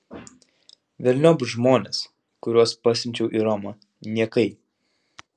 velniop žmones kuriuos pasiunčiau į romą niekai